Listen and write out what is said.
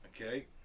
Okay